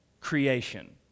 creation